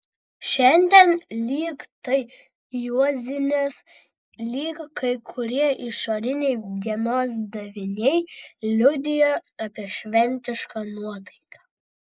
šiandien lyg tai juozinės lyg kai kurie išoriniai dienos daviniai liudija apie šventišką nuotaiką